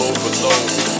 Overload